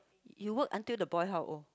you worked until the boy how old